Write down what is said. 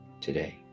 today